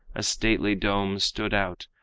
a stately dome stood out,